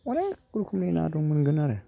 अनेक रोखोमनि ना दं मोनगोन आरो